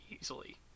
easily